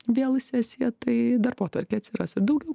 vėl į sesiją tai darbotvarkėj atsiras ir daugiau